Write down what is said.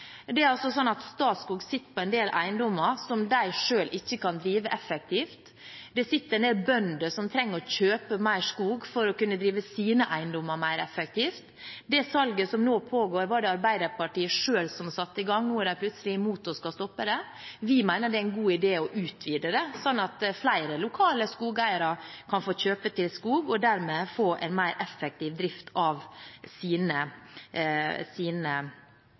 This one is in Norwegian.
Det er slik at Statskog sitter på en del eiendommer som de selv ikke kan drive effektivt. Det sitter en del bønder som trenger å kjøpe mer skog for å kunne drive sine eiendommer mer effektivt. Det salget som nå pågår, var det Arbeiderpartiet selv som satte i gang. Nå er de plutselig imot og skal stoppe det. Vi mener det er en god idé å utvide det, slik at flere lokale skogeiere kan få kjøpe skog og dermed få en mer effektiv drift av sine